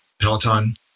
Peloton